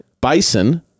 bison